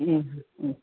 ഉം ഉം